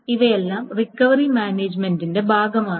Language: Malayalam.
ഇവയെല്ലാം റിക്കവറി മാനേജ്മെന്റിന്റെ ഭാഗമാണ്